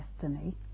destiny